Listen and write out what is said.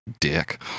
dick